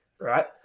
right